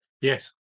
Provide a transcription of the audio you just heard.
yes